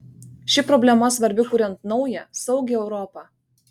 ši problema svarbi kuriant naują saugią europą